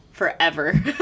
forever